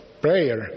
Prayer